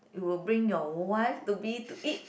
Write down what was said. it will bring your wife to be to eat